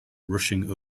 rushing